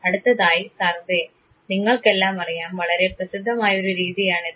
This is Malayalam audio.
അടുത്തതായി സർവ്വേ നിങ്ങൾക്ക് എല്ലാം അറിയാം വളരെ പ്രസിദ്ധമായൊരു രീതിയാണിത്